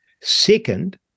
Second